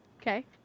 Okay